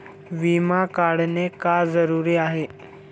विमा काढणे का जरुरी आहे?